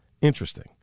Interesting